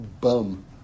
bum